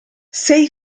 sei